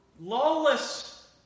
Lawless